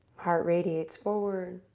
heart radiates forward.